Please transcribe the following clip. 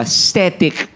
static